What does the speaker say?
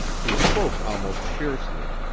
he spoke almost fiercely,